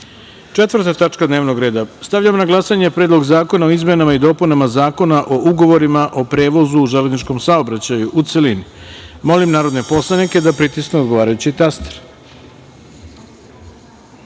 organa. Četvrta tačka dnevnog reda. Stavljam na glasanje Predlog zakona o izmenama i dopunama Zakona o ugovorima o prevozu u železničkom saobraćaju, u celini. Molim narodne poslanike da pritisnu odgovarajući